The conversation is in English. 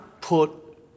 put